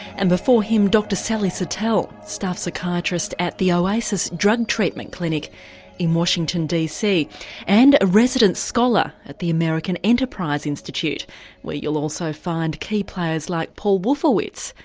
and before him dr sally satel, staff psychiatrist at the oasis drug treatment clinic in washington, dc and a resident scholar at the american enterprise institute where you'll also find key players like paul wolfowitz,